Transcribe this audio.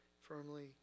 firmly